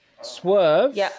Swerve